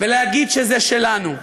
ולהגיד שזה שלנו.